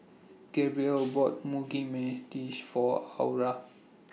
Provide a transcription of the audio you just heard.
Gabrielle bought Mugi For Aura